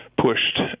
pushed